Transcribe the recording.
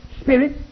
Spirit